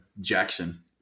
Jackson